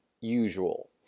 usual